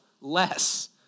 less